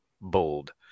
Bold